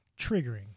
Triggering